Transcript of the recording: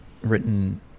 written